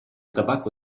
tabacco